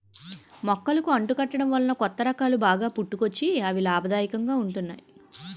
మొక్కలకు అంటు కట్టడం వలన కొత్త రకాలు బాగా పుట్టుకొచ్చి అవి లాభదాయకంగా ఉంటున్నాయి